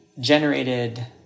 generated